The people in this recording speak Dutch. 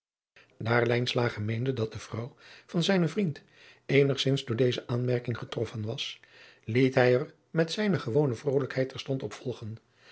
merkte dat de vrouw van zijnen vriend eenigzins door deze aanmerking getroffen was liet hij er met zijne gewone vrolijkheid terstond opvolgen